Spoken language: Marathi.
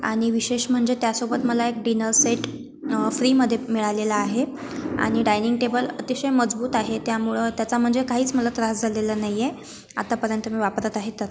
आणि विशेष म्हणजे त्यासोबत मला एक डिनर सेट फ्रीमध्ये मिळालेला आहे आणि डायनिंग टेबल अतिशय मजबूत आहे त्यामुळं त्याचा म्हणजे काहीच मला त्रास झालेला नाही आहे आतापर्यंत मी वापरत आहे तर